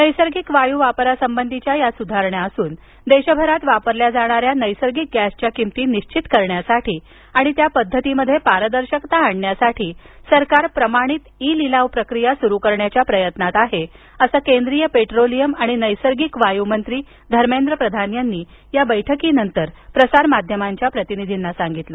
नैसर्गिक वायू वापरासंबंधीच्या या सुधारणा असून देशभरात वापरल्या जाणाऱ्या नैसर्गिक गॅसच्या किमती निश्चित करण्यासाठी आणि त्या पद्धतीमध्ये पारदर्शकता आणण्यासाठी सरकार प्रमाणित ई लिलाव प्रक्रिया सुरु करण्याच्या प्रयत्नात आहे असं केंद्रीय पेट्रोलियम आणि नैसर्गिक वायू मंत्री धर्मेंद्र प्रधान यांनी या बैठकीनंतर प्रसारमांध्यमाच्या प्रतिनिधींना सांगितलं